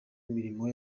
imirimo